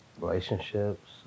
relationships